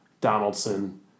Donaldson